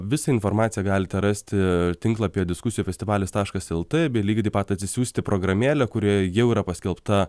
visą informaciją galite rasti tinklapyje diskusijų festivalis taškas lt bei lygiai taip pat atsisiųsti programėlę kurioje jau yra paskelbta